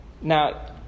Now